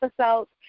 episodes